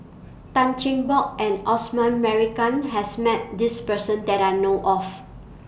Tan Cheng Bock and Osman Merican has Met This Person that I know of